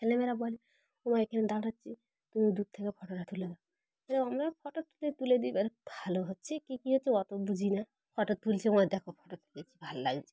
ছেলেমেয়েরা বলে ও মা এখানে দাঁড়াচ্ছি তুমি দূর থেকে ফটোটা তুলে দাও তো আমরা ফটোটাতে তুলে দিবার ভালো হচ্ছে কী কী হচ্ছে অত বুঝি না ফটো তুলছি ওরা দেখে ফটো তুলেছি ভালো লাগছে